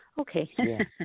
okay